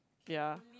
ya